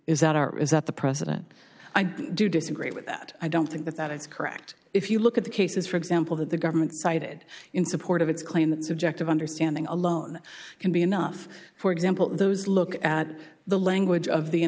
is that art is that the president i do disagree with that i don't think that that is correct if you look at the cases for example that the government cited in support of its claim that subjective understanding alone can be enough for example those look at the language of the